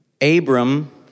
Abram